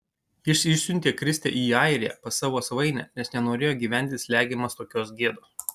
jis išsiuntė kristę į airiją pas savo svainę nes nenorėjo gyventi slegiamas tokios gėdos